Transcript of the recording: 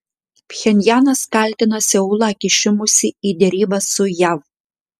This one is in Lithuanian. pchenjanas kaltina seulą kišimusi į derybas su jav